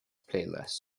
playlist